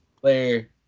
player